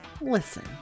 Listen